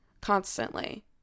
constantly